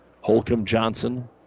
Holcomb-Johnson